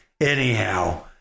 anyhow